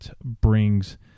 brings